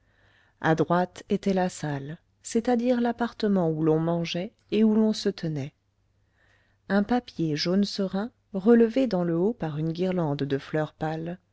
à droite était la salle c'est-à-dire l'appartement où l'on mangeait et où l'on se tenait un papier jaune serin relevé dans le haut par une guirlande de fleurs pâles